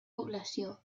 població